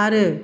आरो